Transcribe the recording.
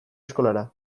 eskolara